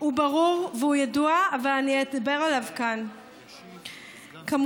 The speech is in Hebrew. הוא ברור וידוע אבל אני אדבר עליו כאן: כמובן,